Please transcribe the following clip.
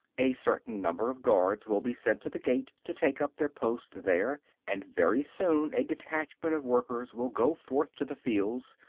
a certain number of guards will be sent to the gate, to take up their post there and very soon a detachment of workers will go forth to the fields,